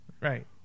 right